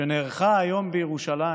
שנערכה היום בירושלים,